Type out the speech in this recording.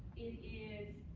it is